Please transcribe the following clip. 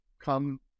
come